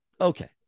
okay